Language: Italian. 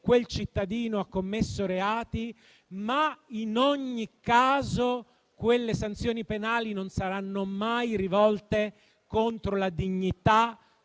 quel cittadino ha commesso reati; ma in ogni caso quelle sanzioni penali non saranno mai rivolte contro la dignità